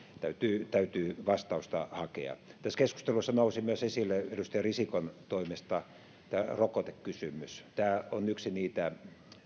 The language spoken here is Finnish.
täytyy täytyy vastausta hakea tässä keskustelussa nousi esille myös edustaja risikon toimesta tämä rokotekysymys tämä on yksi niitä